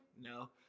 no